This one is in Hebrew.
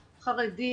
חרדי,